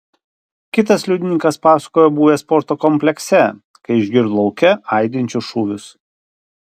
kitas liudininkas pasakojo buvęs sporto komplekse kai išgirdo lauke aidinčius šūvius